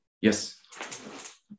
Yes